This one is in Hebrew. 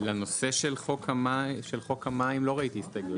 לנושא של חוק המים לא ראיתי הסתייגויות שלכם.